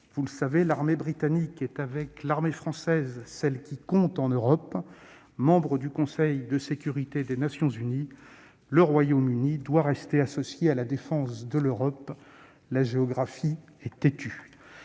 Vous le savez, l'armée britannique est, avec l'armée française, celle qui compte en Europe ; membre du Conseil de sécurité des Nations unies, le Royaume-Uni doit rester associé à la défense de l'Europe -la géographie est têtue